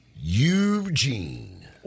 Eugene